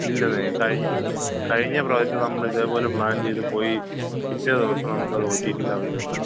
ഇല്ലന്നേ കഴിഞ്ഞ് കഴിഞ്ഞ പ്രാവശ്യം നമ്മളിതേ പോലെ പ്ലാൻ ചെയ്തു പോയി പിറ്റേ ദിവസം നമുക്കത് ഒ ടി ടിയിലവൈലബിളായി